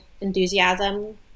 enthusiasm